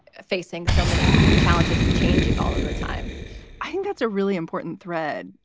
facing so many challenges and changing all of the time i think that's a really important thread.